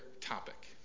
topic